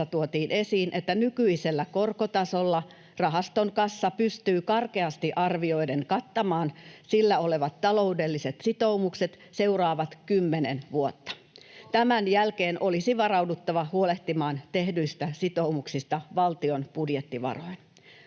tuotiin esiin, että nykyisellä korkotasolla rahaston kassa pystyy karkeasti arvioiden kattamaan sillä olevat taloudelliset sitoumukset seuraavat kymmenen vuotta. Tämän jälkeen olisi varauduttava huolehtimaan tehdyistä sitoumuksista valtion budjettivaroin.